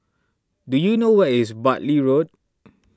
do you know where is Bartley Road